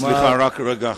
סליחה, רק רגע אחד.